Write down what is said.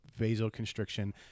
vasoconstriction